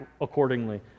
accordingly